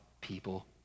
people